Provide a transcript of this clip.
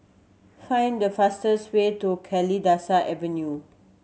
find the fastest way to Kalidasa Avenue